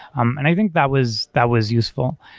um and i think that was that was useful.